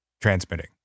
transmitting